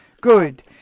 Good